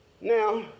Now